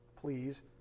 Please